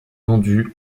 vendu